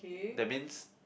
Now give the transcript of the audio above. that means